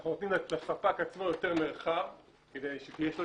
אנחנו נותנים לספק עצמו יותר מרחב מפני שיש לו